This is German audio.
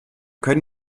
können